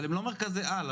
אבל הם לא מרכזי על,